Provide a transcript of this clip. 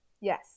Yes